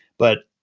but,